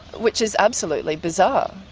which is absolutely bizarre.